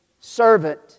servant